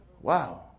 Wow